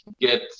get